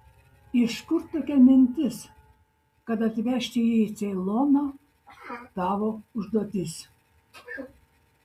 iš kur tokia mintis kad atvežti jį į ceiloną tavo užduotis